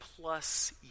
plus